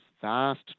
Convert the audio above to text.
vast